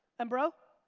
and bro?